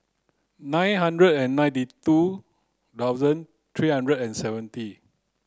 nine hundred and ninety two thousand three hundred and seventy